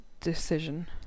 decision